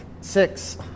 six